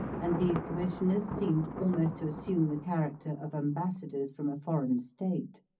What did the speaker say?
and these commissioners seemed almost to assume the character of embassadors from a foreign state.